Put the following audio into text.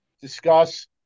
discuss